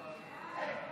ההצעה להעביר את